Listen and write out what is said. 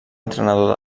entrenador